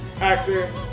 actor